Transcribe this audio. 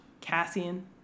Cassian